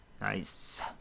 Nice